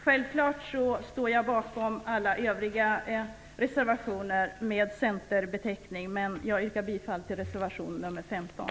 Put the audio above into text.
Självklart står jag bakom alla övriga reservationer med centerbeteckning, men jag yrkar bifall till reservation nr 15.